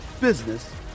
business